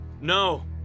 No